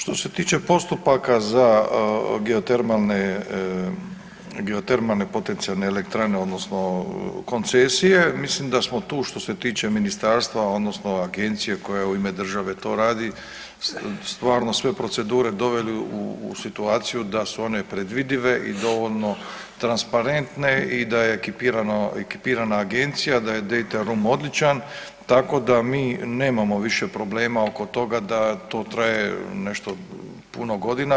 Što se tiče postupaka za geotermalne, geotermalne potencijalne elektrane odnosno koncesije mislim da smo tu što se tiče ministarstva odnosno agencije koja u ime države to radi stvarno sve procedure doveli u situaciju da su one predvidive i dovoljno transparentne i da je ekipirana agencija da je dana room odličan, tako da mi nemamo više problema oko toga da to traje nešto puno godina.